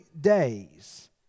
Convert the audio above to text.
days